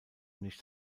nicht